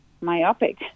myopic